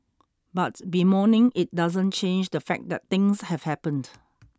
but bemoaning it doesn't change the fact that things have happened